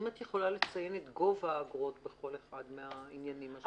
אם תוכלי לציין את גובה האגרות בכל אחד מן העניינים השונים.